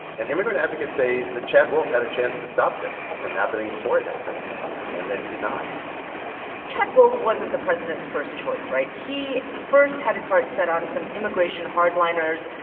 and immigrant advocates say that chad wolf had a chance to stop this from happening before it happened and that he did not chad wolf wasn't the president's first choice, right? he first had his heart set on some immigration hard-liners.